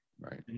Right